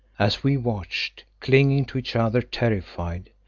as we watched, clinging to each other terrified,